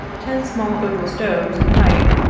ten small oval stoves and pipe,